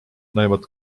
näivad